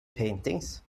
paintings